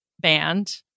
band